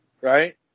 right